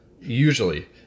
Usually